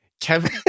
Kevin